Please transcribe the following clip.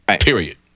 Period